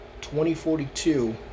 2042